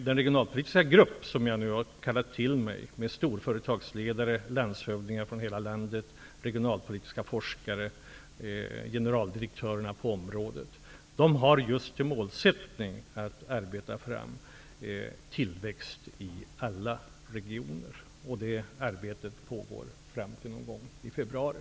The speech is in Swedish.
Den regionalpolitiska grupp som jag nu har kallat till mig, med storföretagsledare, landshövdingar från hela landet, regionalpolitiska forskare och generaldirektörerna på området, har just som målsättning att arbeta fram tillväxt i alla regioner. Det arbetet pågår fram till någon gång i februari.